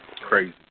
Crazy